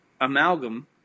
amalgam